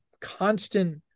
constant